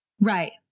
Right